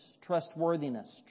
trustworthiness